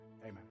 Amen